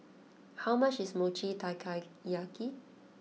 how much is Mochi Taiyaki